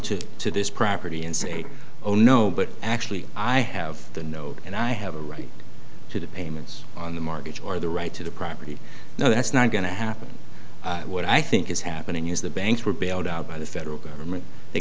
to to this property and say oh no but actually i have the note and i have a right to the payments on the market or the right to the property now that's not going to happen what i think is happening is the banks were bailed out by the federal government they